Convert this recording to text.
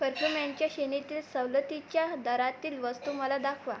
perfume यांच्या श्रेणीतील सवलतीच्या दरातील वस्तू मला दाखवा